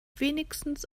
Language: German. wenigstens